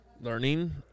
learning